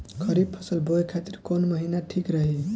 खरिफ फसल बोए खातिर कवन महीना ठीक रही?